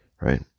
right